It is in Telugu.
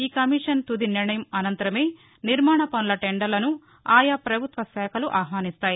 ఈ కమీషన్ తుది నిర్ణయం అనంతరమే నిర్యాణ పసుల టెండర్లను ఆయా ప్రభుత్వ శాఖలు ఆహ్వానిస్తాయి